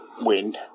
win